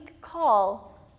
call